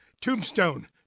Tombstone